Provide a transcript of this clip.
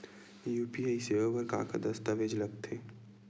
UPI सेवा बर का का दस्तावेज लगथे?